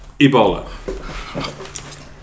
Ebola